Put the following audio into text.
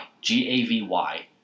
G-A-V-Y